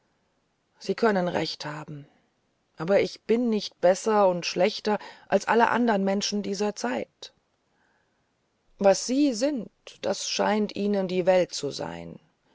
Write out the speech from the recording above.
sie können recht haben aber ich bin nicht besser und schlechter als alle andern menschen dieser zeit was sie sind das scheint ihnen die welt zu sein